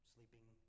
sleeping